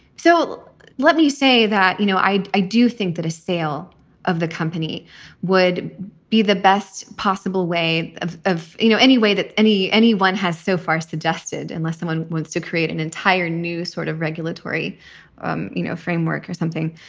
so let me say that, you know, i i do think that a sale of the company would be the best possible way of, you know, any way that any anyone has so far suggested. unless someone wants to create an entire new sort of regulatory um you know framework or something,